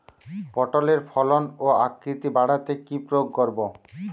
পটলের ফলন ও আকৃতি বাড়াতে কি প্রয়োগ করব?